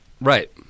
Right